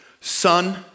Son